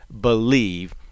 believe